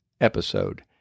episode